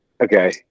okay